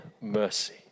mercy